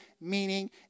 meaning